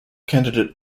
candidate